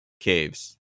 Caves